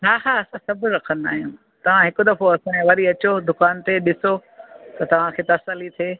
हा हा असां सभु रखंदा आहियूं तव्हां हिकु दफ़ो असांजे वरी अचो दुकान ते ॾिसो त तव्हांखे तसली थिए